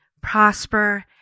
prosper